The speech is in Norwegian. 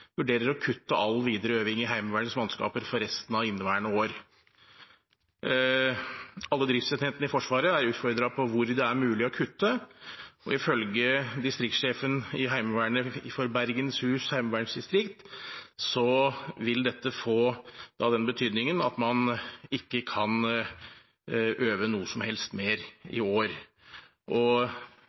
vurderer å kutte all videre øving av Heimevernets mannskaper for resten av inneværende år. Alle driftsenhetene i Forsvaret er utfordret på hvor det er mulig å kutte. Ifølge distriktssjefen i Heimevernet for Bergenhus Heimevernsdistrikt vil dette bety at man ikke kan øve noe som helst mer i år.